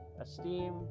Esteem